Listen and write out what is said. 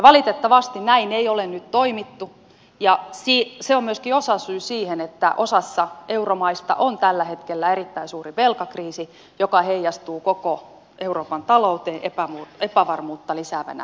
valitettavasti näin ei ole nyt toimittu ja se on myöskin osasyy siihen että osassa euromaita on tällä hetkellä erittäin suuri velkakriisi joka heijastuu koko euroopan talouteen epävarmuutta lisäävänä tekijänä